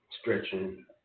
Stretching